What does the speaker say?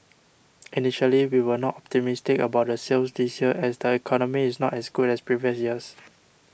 initially we were not optimistic about the sales this year as the economy is not as good as previous years